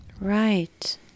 right